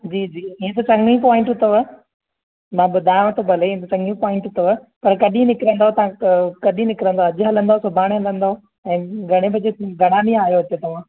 जी जी ईअं त चङे ई पोइंटूं अथव मां ॿुधायांव थो भले ईअं त चङियूं पोइंटूं अथव पर कॾहिं निकिरंदव तव्हां कॾहिं निकिरंदव अॼु हलंदव सुभाणे हलंदव ऐं घणे बजे घणा ॾींहं आहियो हिते तव्हां